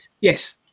yes